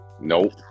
Nope